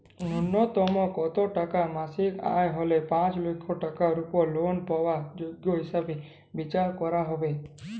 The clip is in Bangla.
ন্যুনতম কত টাকা মাসিক আয় হলে পাঁচ লক্ষ টাকার উপর লোন পাওয়ার যোগ্য হিসেবে বিচার করা হবে?